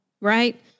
right